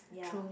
yeah